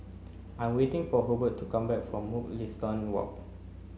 I waiting for Hubert to come back from Mugliston Walk